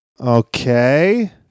Okay